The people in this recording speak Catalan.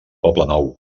poblenou